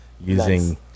using